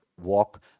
walk